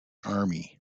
army